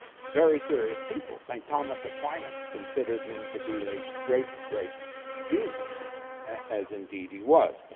very serious people, saint thomas aquinas considered him to be a great, great genius as indeed he was.